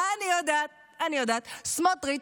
אני יודעת, אני יודעת, סמוטריץ'.